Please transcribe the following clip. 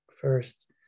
First